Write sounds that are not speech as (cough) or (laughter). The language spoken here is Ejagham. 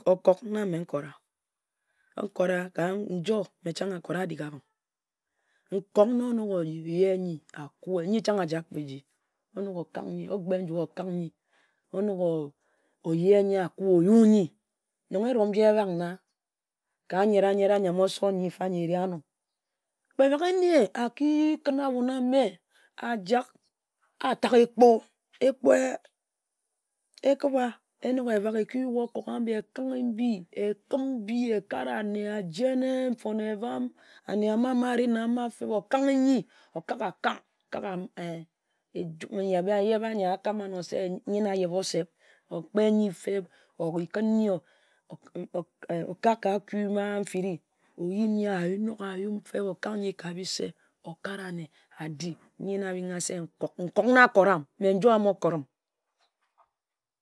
Okok na mme nkora nkora ka njor adik ahbang nkok na onok oyeh nyi akue, nyi chang a jak kpe eji. Onok okak, ogbe nju okak nyi, onok oyeh nyi akue, oyuwe nyi. Nong erom nji ehbak na, ka nyera nyera nyam oso nyi fa nyi eri anor. Kpe bak ene aki kǝn ahbon ameh ajak atagha ekpo. Ekpo enok ebak, eki yuwe okok, ekanghe mbi, ekim mbi ekak ekare ane, ajene, nfon-etek, nfone ebam, ane ama ma, ma ari feb, okanghe nyi, okak akang okak em (hesitation) ejum nyeba nyeba nyi akama nor se nyi na a yeba ose p, okpe nyi feb, okǝn nyi ee (hesitation) okak ka akui ma mfiri ayum, anok ayum, okak nyi ka bise, okare ane adi, nyi na abingha se nkok nkok na akoram.